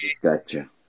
Gotcha